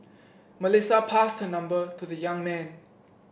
Melissa passed her number to the young man